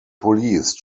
police